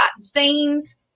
scenes